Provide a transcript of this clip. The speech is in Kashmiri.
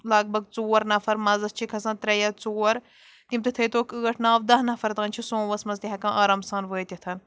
لَگ بَگ ژور نَفَر منٛزَس چھِ کھسان ترٛےٚ یا ژور تِم تہِ تھٲیتوکھ ٲٹھ نَو دَہ نَفَر تام چھِ سوموٗوَس منٛز تہِ ہٮ۪کان آرام سان وٲتِتھ